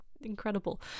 incredible